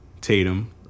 Tatum